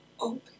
open